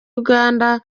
uganda